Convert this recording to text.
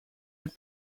dit